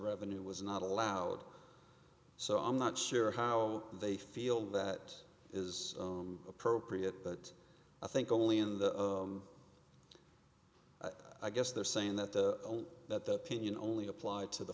revenue was not allowed so i'm not sure how they feel that is appropriate i think only in the i guess they're saying that the only that opinion only applied to the